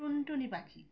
টুুন্টুনি পাখি